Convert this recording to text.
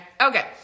Okay